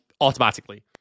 automatically